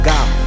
God